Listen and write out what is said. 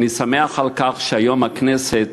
אני שמח שהיום הכנסת